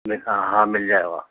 ہاں مل جائے گا